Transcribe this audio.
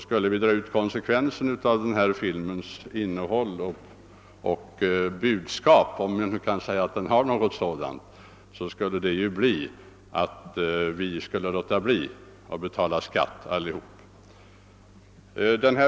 Skulle vi dra ut konsekvenserna av denna films innehåll och budskap — om man nu kan säga att den har något sådant — skulle vi alla låta bli att arbeta och betala skatt.